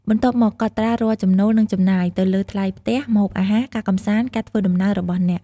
បន្ទាប់មកកត់ត្រារាល់ចំណូល និងចំណាយ ទៅលើ ថ្លៃផ្ទះ ម្ហូបអាហារ ការកម្សាន្ត ការធ្វើដំណើរ របស់អ្នក។